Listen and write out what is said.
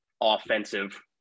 offensive